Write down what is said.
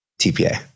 TPA